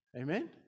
Amen